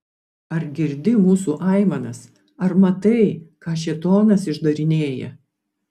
ar girdi mūsų aimanas ar matai ką šėtonas išdarinėja